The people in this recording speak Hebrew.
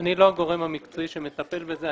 אני לא הגורם המקצועי שמטפל בזה.